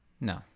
no